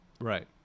Right